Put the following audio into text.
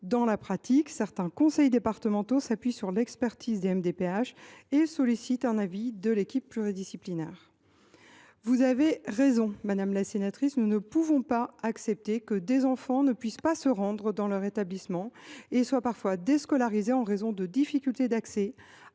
sur l’expertise des maisons départementales des personnes handicapées (MDPH) et sollicitent un avis de l’équipe pluridisciplinaire. Vous avez raison, madame la sénatrice, nous ne pouvons pas accepter que des enfants ne puissent pas se rendre dans leur établissement et soient parfois déscolarisés en raison de difficultés d’accès